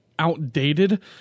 outdated